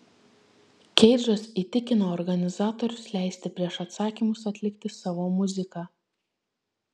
keidžas įtikino organizatorius leisti prieš atsakymus atlikti savo muziką